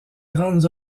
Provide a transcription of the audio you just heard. grandes